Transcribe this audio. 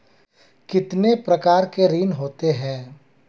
कितने प्रकार के ऋण होते हैं?